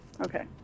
Okay